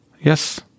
Yes